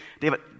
David